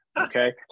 okay